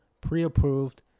pre-approved